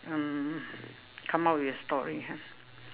hmm come up with a story ha